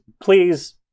please